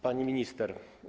Pani Minister!